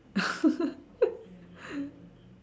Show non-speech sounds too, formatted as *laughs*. *laughs*